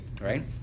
right